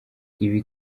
ibi